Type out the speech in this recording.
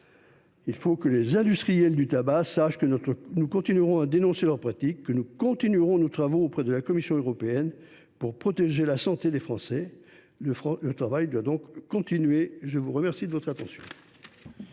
Il faut que les industriels du tabac sachent que nous continuerons à dénoncer leurs pratiques et que nous prolongerons nos travaux auprès de la Commission européenne pour protéger la santé des Français. Le travail doit donc se poursuivre. Très bien